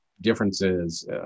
differences